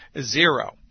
zero